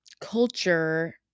culture